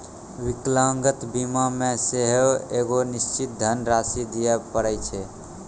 विकलांगता बीमा मे सेहो एगो निश्चित धन राशि दिये पड़ै छै